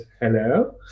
hello